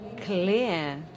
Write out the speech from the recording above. clear